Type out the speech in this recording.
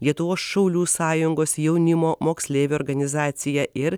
lietuvos šaulių sąjungos jaunimo moksleivių organizacija ir